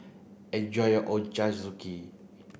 enjoy your Ochazuke